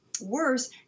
worse